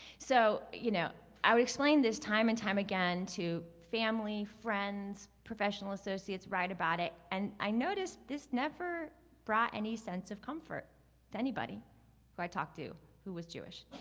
so, you know, i would explain this time and time again to family, friends, professional associates, write about it, and i noticed this ever brought any sense of comfort to anybody who i talked to who was jewish.